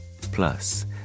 Plus